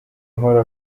ahora